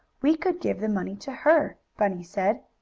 we could give the money to her, bunny said.